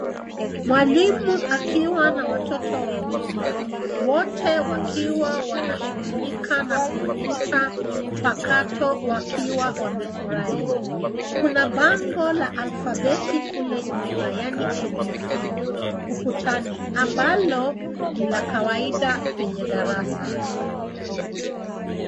Mwalimu akiwa na watoto wawili, wote wakiwa wanashughulika na kompyuta mpakato wakiwa wamefurahi. Kuna bango la alfabeti kule nyuma yaani ABC, ukutani, ambalo ni la kawaida kwenye darasa.